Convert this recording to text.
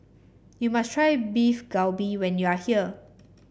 you must try Beef Galbi when you are here